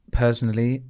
personally